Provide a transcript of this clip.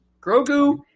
Grogu